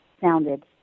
sounded